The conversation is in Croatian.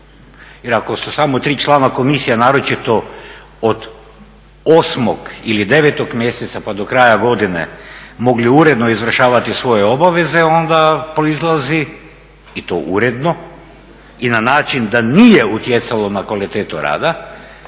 Jer ako su samo 3 člana komisije naročito od 8. ili 9. mjeseca pa do kraja godine mogli uredno izvršavati svoje obaveze onda proizlazi i to uredno i na način da nije utjecalo na kvalitetu rada